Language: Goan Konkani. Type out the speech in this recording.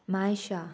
मायशा